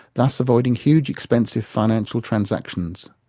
thus avoiding huge expensive financial transactions.